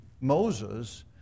Moses